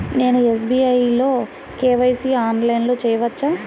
నేను ఎస్.బీ.ఐ లో కే.వై.సి ఆన్లైన్లో చేయవచ్చా?